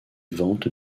ventes